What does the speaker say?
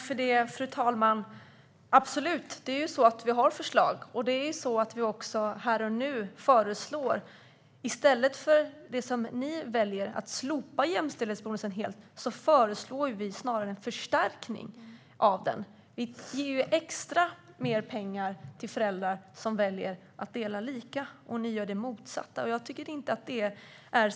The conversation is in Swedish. Fru talman! Absolut, och vi har förslag. I stället för att som ni välja att slopa jämställdhetsbonusen föreslår vi en förstärkning av den. Vi ger extra pengar till föräldrar som väljer att dela lika medan ni gör det motsatta. Det är inte seriöst.